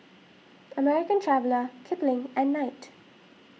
American Traveller Kipling and Knight